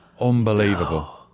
Unbelievable